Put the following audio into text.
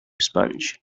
sponge